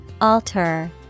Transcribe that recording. Alter